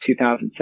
2007